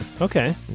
Okay